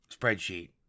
spreadsheet